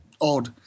odd